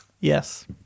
Yes